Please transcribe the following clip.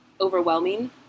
overwhelming